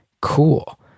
Cool